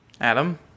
Adam